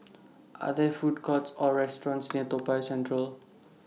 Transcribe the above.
Are There Food Courts Or restaurants near Toa Payoh Central